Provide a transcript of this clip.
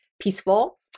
peaceful